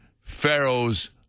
Pharaoh's